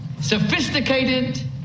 sophisticated